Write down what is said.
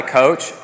coach